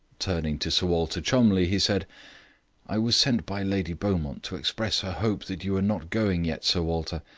turning to sir walter cholmondeliegh, he said i was sent by lady beaumont to express her hope that you were not going yet, sir walter.